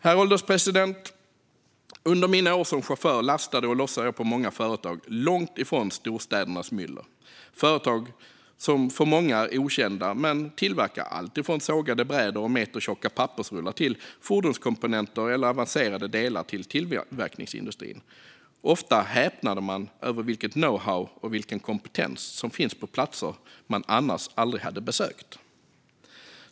Herr ålderspresident! Under mina år som chaufför lastade och lossade jag på många företag långt ifrån storstädernas myller. Det var företag som är okända för många men som tillverkar alltifrån sågade brädor eller metertjocka pappersrullar till fordonskomponenter eller avancerade delar till tillverkningsindustrin. Ofta häpnade man över vilket know-how och vilken kompetens som finns på platser man annars aldrig hade besökt.